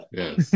yes